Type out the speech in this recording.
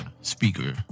speaker